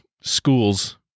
schools